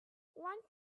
one